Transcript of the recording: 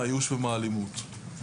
מהייאוש ומהאלימות.